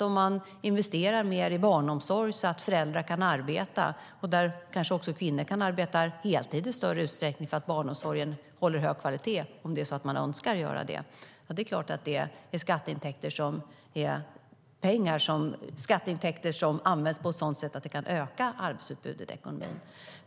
Om man investerar mer i barnomsorg så att föräldrar kan arbeta, där kvinnor i större utsträckning kan arbeta heltid därför att barnomsorgen håller hög kvalitet, leder det till skatteintäkter som kan användas på ett sådant sätt att arbetsutbudet kan öka i ekonomin.